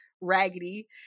raggedy